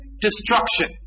destruction